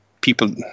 people